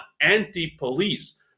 anti-police